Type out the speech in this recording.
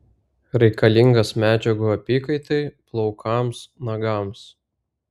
reikalingas medžiagų apykaitai plaukams nagams